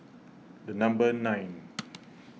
the number nine